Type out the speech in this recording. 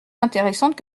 intéressantes